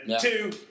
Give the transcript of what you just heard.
Two